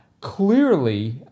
clearly